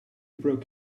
broke